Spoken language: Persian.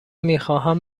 میخواهم